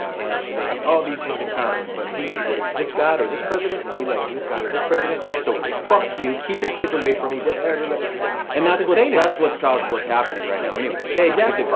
and they have all these things in common but he likes this god or this president and he likes this god or this president. so it's fuck you, keep your kids away from me. and and that's what's and that's what's caused what's happening right now anyway. exactly.